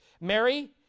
Mary